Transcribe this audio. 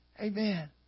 Amen